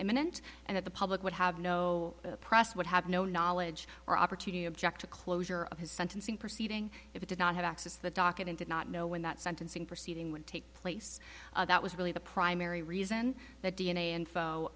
eminent and at the public would have no the press would have no knowledge or opportunity object to closure of his sentencing proceeding if it did not have access to the docket and did not know when that sentencing proceeding would take place that was really the primary reason that d n a and